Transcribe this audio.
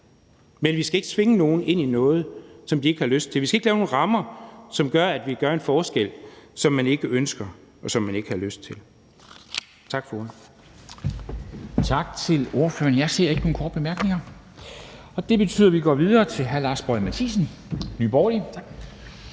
Men vi skal ikke tvinge nogen ind i noget, som de ikke har lyst til. Vi skal ikke lave nogle rammer, som gør, at vi gør en forskel, som man ikke ønsker, og som man ikke har lyst til. Tak for